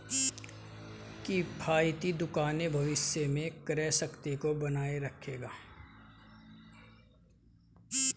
किफ़ायती दुकान भविष्य में क्रय शक्ति को बनाए रखेगा